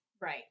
Right